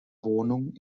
wohnung